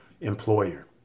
employer